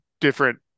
different